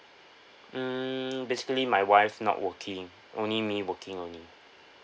hmm basically my wife's not working only me working only